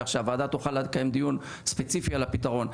כך שהוועדה תוכל לקיים דיון ספציפי על הפתרון.